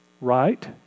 right